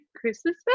christmas